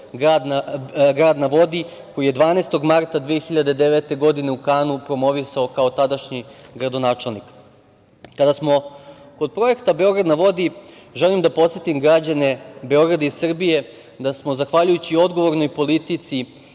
"Grad na vodi", koji je 12. marta 2009. godine u Kanu promovisao kao tadašnji gradonačelnik. Kada smo kod projekta "Beograd na vodi", želim da podsetim građane Beograda i Srbije da smo zahvaljujući odgovornoj politici